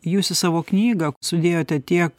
jūs į savo knygą sudėjote tiek